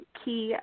key